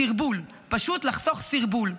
סרבול, פשוט לחסוך סרבול.